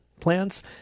plans